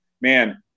man